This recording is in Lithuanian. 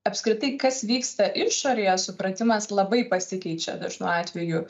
apskritai kas vyksta išorėje supratimas labai pasikeičia dažnu atveju